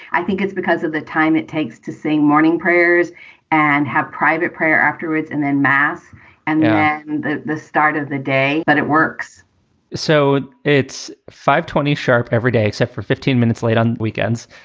i think it's because of the time it takes to saying morning prayers and have private prayer afterwards and then mass and the the start of the day. but it works so it's five twenty sharp every day except for fifteen minutes, late on weekends,